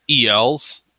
ELs